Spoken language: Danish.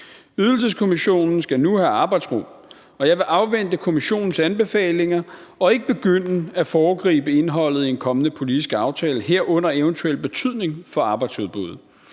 Ydelseskommissionen skal nu have arbejdsro, og jeg vil afvente kommissionens anbefalinger og ikke begynde at foregribe indholdet i en kommende politisk aftale, herunder eventuel betydning for arbejdsudbuddet.